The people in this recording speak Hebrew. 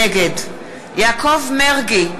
נגד יעקב מרגי,